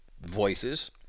voices